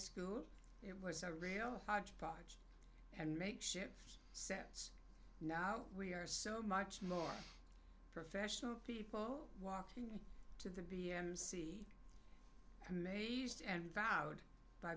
school it was a real hodgepodge and makeshift sets now we are so much more professional people walking to the b a m c amazed and vowed by